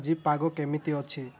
ଆଜି ପାଗ କେମିତି ଅଛି